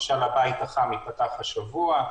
הבית החם ייפתח השבוע.